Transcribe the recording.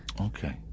Okay